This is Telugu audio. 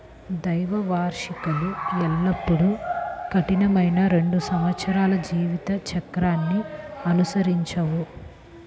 ద్వైవార్షికాలు ఎల్లప్పుడూ కఠినమైన రెండు సంవత్సరాల జీవిత చక్రాన్ని అనుసరించవు